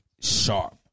sharp